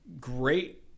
great